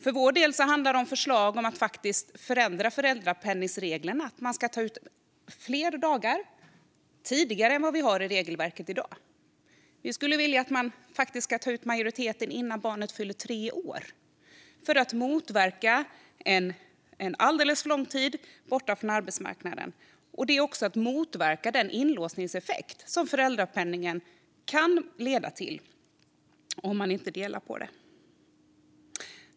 För vår del handlar det om förslag om att förändra föräldrapenningsreglerna, så att man ska ta ut fler dagar tidigare än vad regelverket säger i dag. Vi skulle vilja att man tar ut majoriteten innan barnet fyller tre år för att motverka att en förälder är borta från arbetsmarknaden under alldeles för lång tid. Det är också att motverka den inlåsningseffekt som föräldrapenningen kan leda till om man inte delar på den.